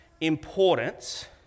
important